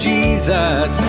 Jesus